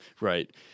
Right